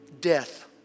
death